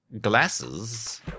Glasses